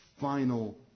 final